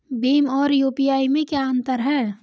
भीम और यू.पी.आई में क्या अंतर है?